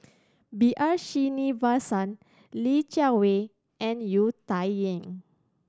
B R Sreenivasan Li Jiawei and You Tsai Yen